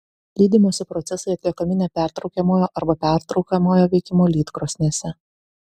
lydymosi procesai atliekami nepertraukiamojo arba pertraukiamojo veikimo lydkrosnėse